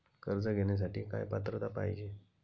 कर्ज घेण्यासाठी काय पात्रता पाहिजे?